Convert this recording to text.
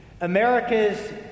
America's